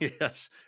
Yes